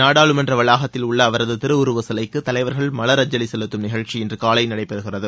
நாடாளுமன்ற வளாகத்தில் உள்ள அவரது திருவுருவச் சிலைக்கு தலைவர்கள் மவர் அஞ்சலி செலுத்தும் நிகழ்ச்சி இன்று காலை நடைபெறுகிறது